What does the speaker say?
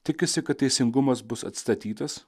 tikisi kad teisingumas bus atstatytas